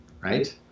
right